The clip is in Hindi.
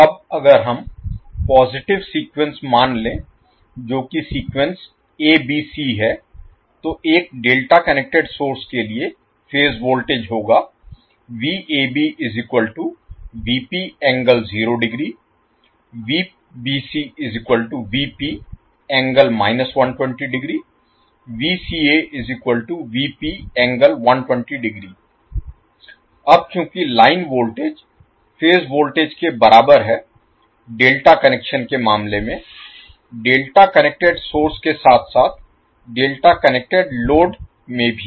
अब अगर हम पॉजिटिव सीक्वेंस मान लें जोकि सीक्वेंस A B C है तो एक डेल्टा कनेक्टेड सोर्स के लिए फेज वोल्टेज होगा अब चूंकि लाइन वोल्टेज फेज वोल्टेज के बराबर हैं डेल्टा कनेक्शन के मामले में डेल्टा कनेक्टेड सोर्स के साथ साथ डेल्टा कनेक्टेड लोड में भी